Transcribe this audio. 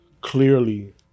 clearly